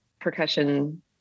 percussion